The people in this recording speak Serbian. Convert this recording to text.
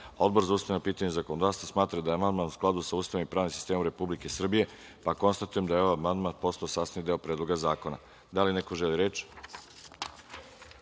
za ustavna pitanja i zakonodavstvo smatra da je amandman u skladu sa Ustavom i pravnim sistemom Republike Srbije. Konstatujem da je ovaj amandman postao sastavni deo Predloga zakona. Da li neko želi reč?